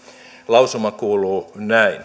lausuma kuuluu näin